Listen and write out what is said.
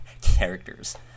characters